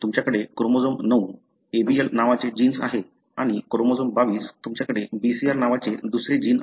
तुमच्याकडे chromosome 9 ABL नावाचे genes आहे आणि क्रोमोझोम 22 तुमच्याकडे BCR नावाचे दुसरे जीन्स आहे